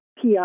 PR